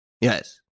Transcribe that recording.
Yes